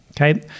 Okay